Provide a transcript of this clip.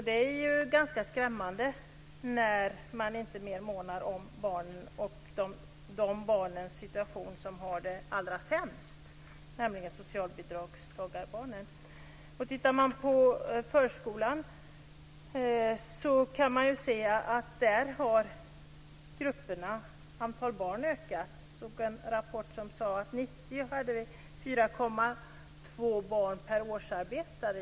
Det är ganska skrämmande att man inte månar mer om barnen allmänt eller om de barn som har det allra sämst, nämligen socialbidragstagarbarnen. Man kan se att antalet barn i varje grupp i förskolan har ökat. Jag läste en rapport som visade att det 1990 i snitt fanns 4,2 barn per årsarbetare.